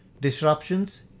Disruptions